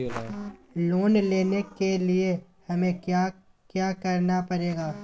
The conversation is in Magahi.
लोन लेने के लिए हमें क्या क्या करना पड़ेगा?